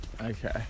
Okay